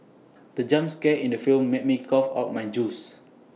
the jump scare in the film made me cough out my juice